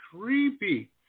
creepy